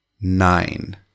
Nine